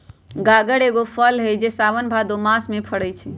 गागर एगो फल हइ जे साओन भादो मास में फरै छै